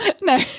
no